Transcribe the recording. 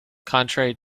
contrary